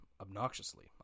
obnoxiously